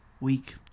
week